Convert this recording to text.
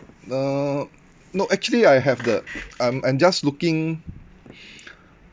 no no actually I have the I'm I'm just looking